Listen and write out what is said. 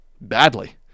badly